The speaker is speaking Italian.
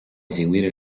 eseguire